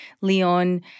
Leon